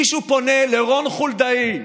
מישהו פונה לרון חולדאי,